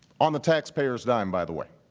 on the taxpayers' dime, by the way.